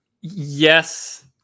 Yes